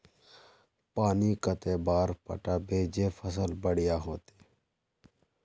पानी कते बार पटाबे जे फसल बढ़िया होते?